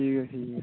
ठीक ऐ ठीक ऐ